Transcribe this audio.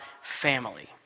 Family